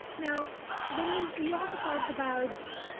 now when you. we also talked about